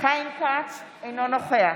חיים כץ, אינו נוכח